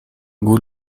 گول